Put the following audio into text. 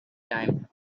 time